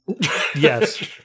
Yes